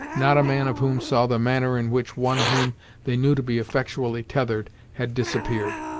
not a man of whom saw the manner in which one whom they knew to be effectually tethered, had disappeared.